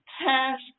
task